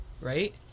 right